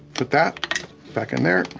put that back in there.